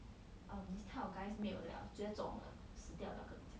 actually this type of guys 没有 liao 绝种了